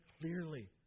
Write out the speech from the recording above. clearly